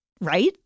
Right